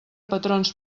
patrons